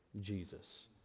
Jesus